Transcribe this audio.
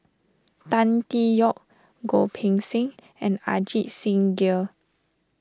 Tan Tee Yoke Goh Poh Seng and Ajit Singh Gill